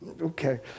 Okay